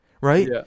Right